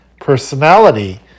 personality